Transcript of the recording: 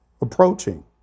approaching